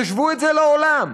תשוו את זה לעולם: